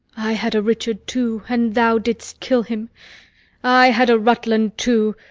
i had a richard too, and thou didst kill him i had a rutland too,